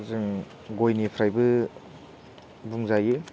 जों गयनिफ्रायबो बुंजायो